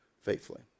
faithfully